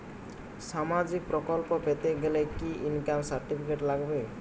সামাজীক প্রকল্প পেতে গেলে কি ইনকাম সার্টিফিকেট লাগবে?